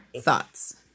thoughts